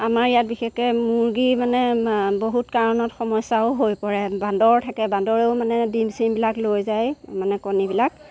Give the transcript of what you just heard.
আমাৰ ইয়াত বিশেষকৈ মুৰ্গী মানে বহুত কাৰণত সমস্যাও হৈ পৰে বান্দৰ থাকে বান্দৰেও মানে ডিম চিমবিলাক লৈ যায় মানে কণীবিলাক